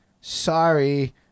sorry